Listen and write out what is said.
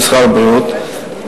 למשרד הבריאות,